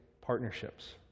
partnerships